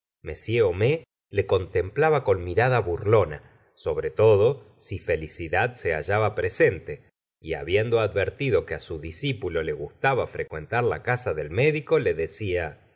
m homais le contemplaba con mirada burlona sobre todo si felicidad se hallaba presente y habiendo advertido que á su discípulo le gustaba frecuentar la casa del médico le decía